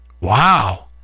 wow